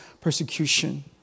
persecution